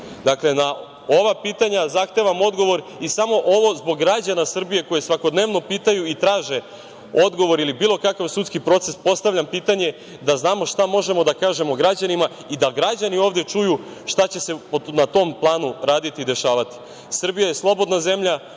godine? Dakle, na ova pitanja zahtevam odgovor i samo ovo zbog građana Srbije koji svakodnevno pitaju i traže odgovor ili bilo kakav sudski proces postavljam pitanje da znamo šta možemo da kažemo građanima i da građani ovde čuju šta će se na tom planu raditi i dešavati. Srbija je slobodna zemlja.